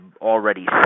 already